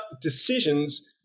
decisions